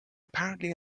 apparently